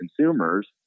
consumers